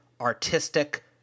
artistic